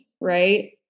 right